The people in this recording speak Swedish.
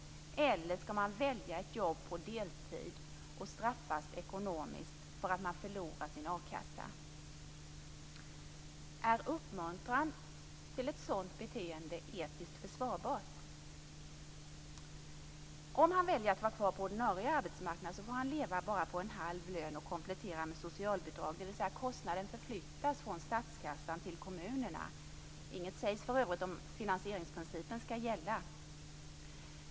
Eller skall han välja ett jobb på deltid och straffas ekonomiskt genom att förlora sin a-kassa? Är uppmuntran till ett sådant beteende etiskt försvarbart? Om han väljer att vara kvar på ordinarie arbetsmarknad får han leva på en halv lön och komplettera med socialbidrag, dvs. kostnaden förflyttas från statskassan till kommunerna. Inget sägs för övrigt om att finansieringsprincipen skall gälla.